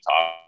talk